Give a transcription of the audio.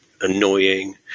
annoying